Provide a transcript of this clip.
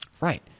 Right